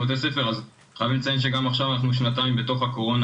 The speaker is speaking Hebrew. אז חייבים לציין שגם עכשיו אנחנו שנתיים בתוך הקורונה